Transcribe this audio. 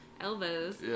elbows